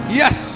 yes